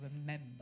remember